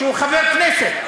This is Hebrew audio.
כשהוא חבר כנסת,